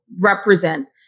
represent